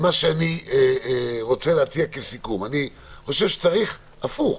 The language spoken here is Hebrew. מה שאני רוצה להציע כסיכום: אני חושב שצריך הפוך,